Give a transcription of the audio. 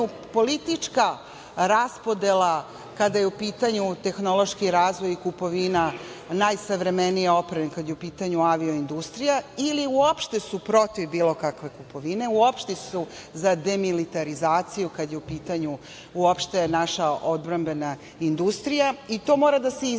politička raspodela kada je u pitanju tehnološki razvoj i kupovina najsavremenije opreme kad je u pitanju avio industrija ili uopšte su protiv bilo kakve kupovine, uopšte su za demilitarizaciju kad je u pitanju naša odbrambena industrija. To moraju da se izjasne